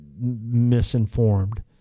misinformed